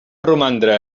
romandre